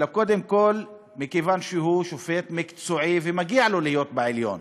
אלא קודם כול מכיוון שהוא שופט מקצועי ומגיע לו להיות בעליון.